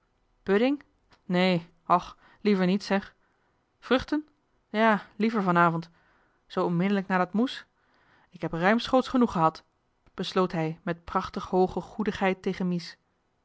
och liever niet zeg vruchten ja liever van avond zoo onmiddellijk na dat moes ik heb ruimschoots genoeg gehad besloot hij met prachtig hooge goedigheid tegen mies